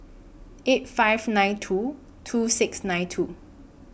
eight five nine two two six nine two